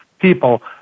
people